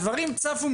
הדברים צפו,